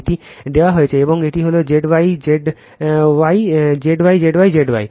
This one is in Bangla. এটি দেওয়া হয়েছে এবং এটি হল Z Y Z Y Z Y